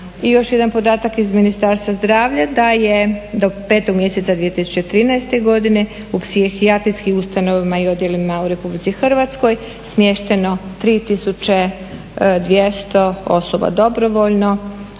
I još jedan podatak iz Ministarstva zdravlja da je do 5.mjeseca 2013.godine u psihijatrijskim ustanovama i odjelima u RH smješteno 3,200 osoba dobrovoljno,